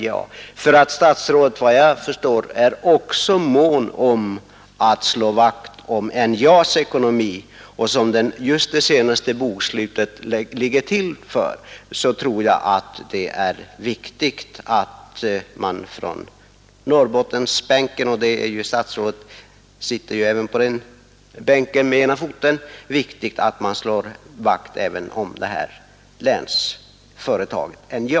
Jag hoppas statsrådet är mån om att slå vakt om NJA:s ekonomi. Så som det senaste bokslutet har blivit tror jag att det är viktigt att man från Norrbottensbänken — statsrådet sitter ju på den bänken i sin egenskap av riksdagsman — slår vakt även om NJA.